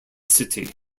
city